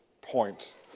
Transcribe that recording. point